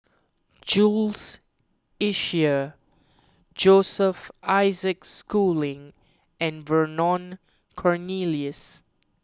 Jules Itier Joseph Isaac Schooling and Vernon Cornelius